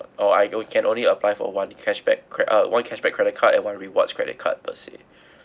or I we can only apply for one cashback uh one cashback credit card and one rewards credit card I see